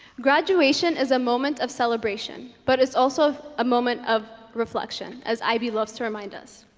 graduation is a moment of celebration but it's also a moment of reflection as ib loves to remind us